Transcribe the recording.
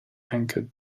anchored